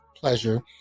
pleasure